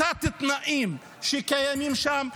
התת-תנאים שיש שם.